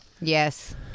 Yes